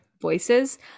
voices